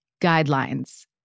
guidelines